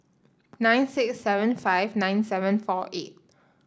nine six seven five nine seven four eight